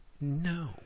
No